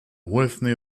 whitney